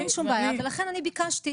אין שום בעיה, ולכן אני ביקשתי.